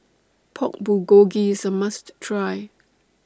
Pork Bulgogi IS A must Try